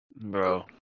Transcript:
Bro